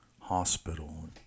hospital